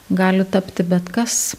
gali tapti bet kas